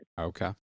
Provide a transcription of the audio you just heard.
okay